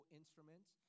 instruments